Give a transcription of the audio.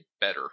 better